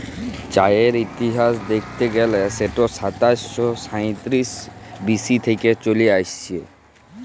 চাঁয়ের ইতিহাস দ্যাইখতে গ্যালে সেট সাতাশ শ সাঁইতিরিশ বি.সি থ্যাইকে চলে আইসছে